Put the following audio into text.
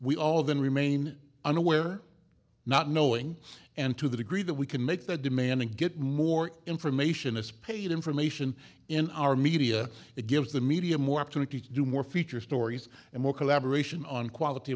we all then remain unaware not knowing and to the degree that we can make the demand and get more information it's paid information in our media that gives the media more opportunity to do more feature stories and more collaboration on quality